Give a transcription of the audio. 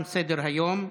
תם סדר-היום.